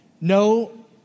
No